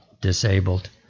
disabled